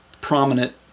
prominent